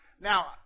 Now